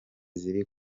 ziri